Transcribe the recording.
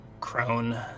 crone